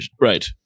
right